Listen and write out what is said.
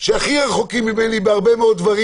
כאלה שהכי רחוקים ממני בהרבה מאוד דברים